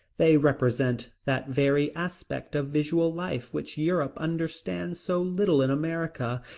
they represent that very aspect of visual life which europe understands so little in america,